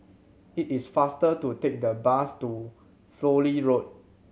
it is faster to take the bus to Fowlie Road